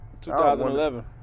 2011